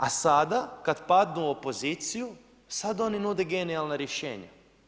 A sada kada padnu opoziciju sada oni nude genijalna rješenja.